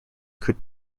could